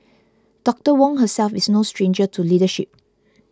Doctor Wong herself is no stranger to leadership